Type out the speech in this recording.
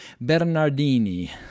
Bernardini